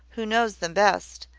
who knows them best,